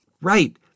Right